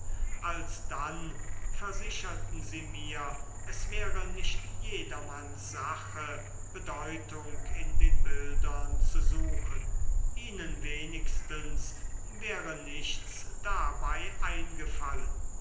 alsdann versicherten sie mir es wäre nicht jedermanns sache bedeutung in den bildern zu suchen ihnen wenigstens wäre nichts dabei eingefallen